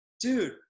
dude